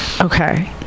Okay